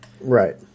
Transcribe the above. Right